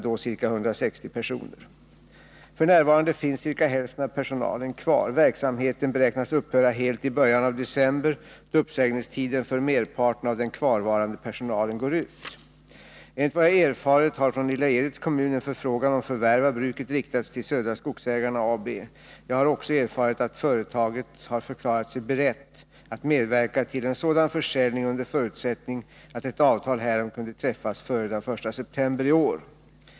F. n. finns ca hälften av personalen kvar. Verksamheten beräknas upphöra helt i början av december, då uppsägningstiden för merparten av den kvarvarande personalen går ut. Enligt vad jag erfarit har från Lilla Edets kommun en förfrågan om förvärv av bruket riktats till Södra Skogsägarna AB. Jag har också erfarit att företaget har förklarat sig berett att medverka till en sådan försäljning under förutsättning att ett avtal härom kunde träffas före den 1 september i år.